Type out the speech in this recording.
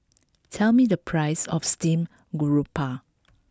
tell me the price of steamed garoupa